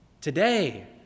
today